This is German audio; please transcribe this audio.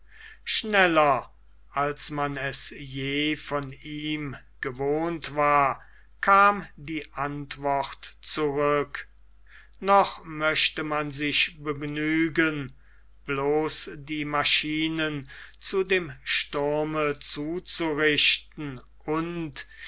schneller als man es je von ihm gewohnt war kam die antwort zurück noch möchte man sich begnügen bloß die maschinen zu dem sturme zuzurichten und